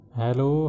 hello